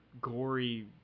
gory